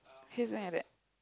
he's sitting like that